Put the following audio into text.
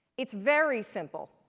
it's very simple.